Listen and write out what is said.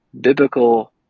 biblical